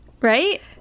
right